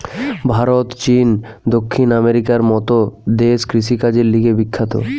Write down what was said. ভারত, চীন, দক্ষিণ আমেরিকার মত দেশ কৃষিকাজের লিগে বিখ্যাত